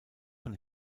von